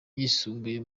yisumbuye